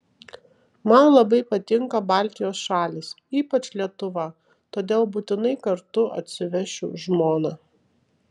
man labai patinka baltijos šalys ypač lietuva todėl būtinai kartu atsivešiu žmoną